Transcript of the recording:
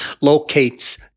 locates